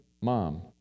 Mom